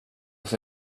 oss